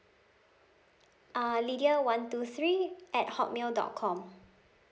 uh lydia one two three at hotmail dot com